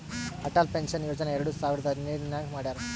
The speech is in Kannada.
ಅಟಲ್ ಪೆನ್ಷನ್ ಯೋಜನಾ ಎರಡು ಸಾವಿರದ ಹದಿನೈದ್ ನಾಗ್ ಮಾಡ್ಯಾರ್